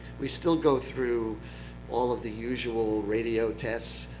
we still go through all of the usual radio tests,